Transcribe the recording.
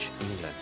England